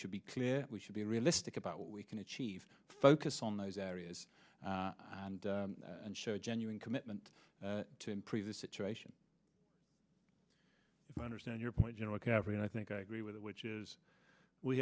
should be clear we should be realistic about what we can achieve focus on those areas and and show genuine commitment to improve the situation my understand your point and i think i agree with it which is we